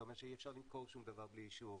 זה אומר שאי אפשר למכור שום דבר בלי אישור,